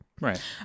Right